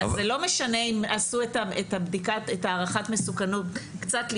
אז זה לא משנה אם עשו את הערכת המסוכנות קצת לפני